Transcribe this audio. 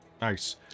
Nice